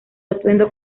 atuendo